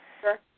Sure